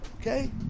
okay